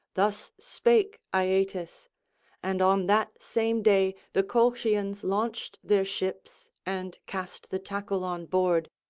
thus spake aeetes and on that same day the colchians launched their ships and cast the tackle on board,